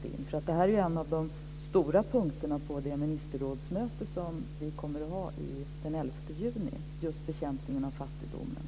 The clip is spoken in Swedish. Bekämpningen av fattigdomen är en av de stora punkterna på det ministerrådsmöte som vi kommer att genomföra i EU den 11 juni.